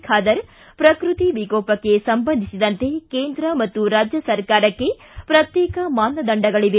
ಖಾದರ್ ಪ್ರಕೃತಿ ವಿಕೋಪಕ್ಕೆ ಸಂಬಂಧಿಸಿದಂತೆ ಕೇಂದ್ರ ಮತ್ತು ರಾಜ್ಯ ಸರ್ಕಾರಕ್ಕೆ ಪ್ರತ್ಯೇಕ ಮಾನದಂಡಗಳವೆ